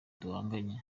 duhanganye